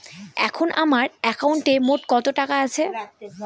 এখন আমার একাউন্টে মোট কত টাকা আছে?